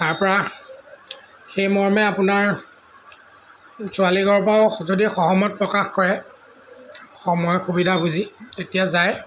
তাৰ পৰা সেইমৰ্মে আপোনাৰ ছোৱালীঘৰৰ স পৰাও যদি সহমত প্ৰকাশ কৰে সময় সুবিধা বুজি তেতিয়া যায়